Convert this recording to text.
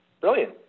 Brilliant